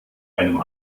einem